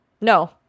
no